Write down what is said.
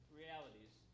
realities